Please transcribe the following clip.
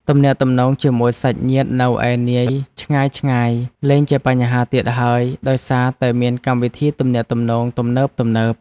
ទំនាក់ទំនងជាមួយសាច់ញាតិនៅឯនាយឆ្ងាយៗលែងជាបញ្ហាទៀតហើយដោយសារតែមានកម្មវិធីទំនាក់ទំនងទំនើបៗ។